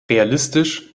realistisch